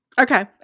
Okay